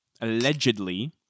allegedly